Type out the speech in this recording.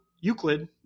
Euclid